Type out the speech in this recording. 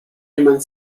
jemand